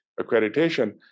accreditation